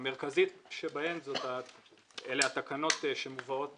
המרכזית שבהן אלה התקנות שמובאות